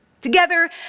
Together